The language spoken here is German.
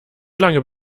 lange